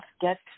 get